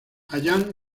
allan